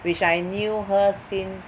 which I knew her since